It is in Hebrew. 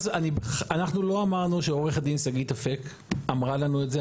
אנחנו לא אמרנו שעו"ד שגית אפק אמרה לנו את זה.